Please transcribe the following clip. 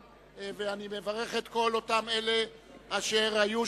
ברוורמן, אין קריאות ביניים בעמידה.